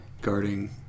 guarding